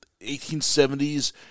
1870s